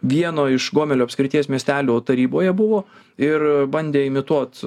vieno iš gomelio apskrities miestelio taryboje buvo ir bandė imituot